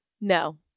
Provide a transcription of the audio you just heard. No